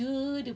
ah